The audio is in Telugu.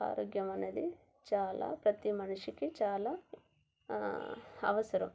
ఆరోగ్యం అనేది చాలా ప్రతి మనిషికి చాలా అవసరం